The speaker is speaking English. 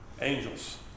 Angels